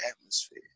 atmosphere